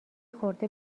خورده